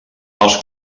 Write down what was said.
els